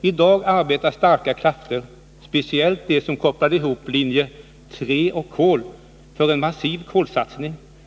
I dag arbetar starka krafter, speciellt de som kopplade ihop Linje 3 med kol, för en massiv kolsatsning.